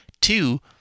Two